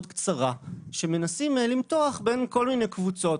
קצרה שמנסים למתוח בין כל מיני קבוצות,